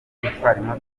gutwara